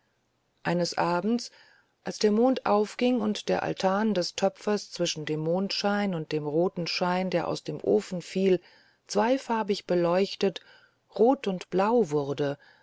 eines abends als der mond aufging und der altan des töpfers zwischen dem mondschein und dem roten schein der aus dem ofen fiel zweifarbig beleuchtet rot und blau wurde